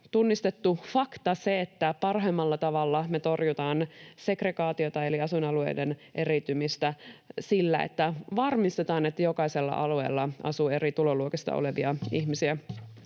tunnistettu fakta, että parhaimmalla tavalla me torjutaan segregaatiota eli asuinalueiden eriytymistä sillä, että varmistetaan, että jokaisella alueella asuu eri tuloluokista olevia ihmisiä.